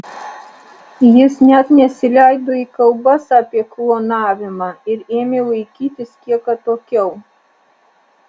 jis net nesileido į kalbas apie klonavimą ir ėmė laikytis kiek atokiau